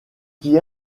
qui